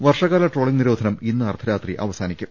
വർഷകാല ട്രോളിംഗ് നിരോധനം ഇന്ന് അർദ്ധരാത്രി അവസാനി ക്കും